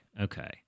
okay